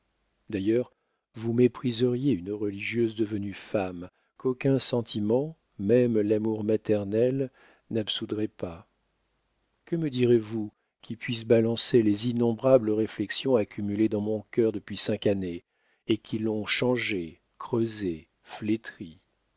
d'ailleurs vous mépriseriez une religieuse devenue femme qu'aucun sentiment même l'amour maternel n'absoudrait pas que me direz-vous qui puisse balancer les innombrables réflexions accumulées dans mon cœur depuis cinq années et qui l'ont changé creusé flétri